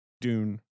Dune